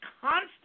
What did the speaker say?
constant